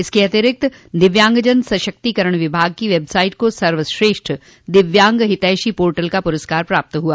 इसके अतिरिक्त दिव्यांगजन सशक्तिकरण विभाग की वेबसाइट को सर्वश्रेष्ठ दिव्यांग हितैषी पोर्टल का पुरस्कार प्राप्त हुआ